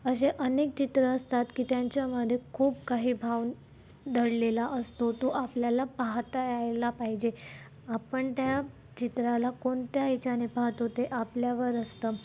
असे अनेक चित्र असतात की त्यांच्यामध्ये खूप काही भाव दडलेला असतो तो आपल्याला पाहता यायला पाहिजे आपण त्या चित्राला कोणत्या ह्याच्याने पाहतो ते आपल्यावर असतं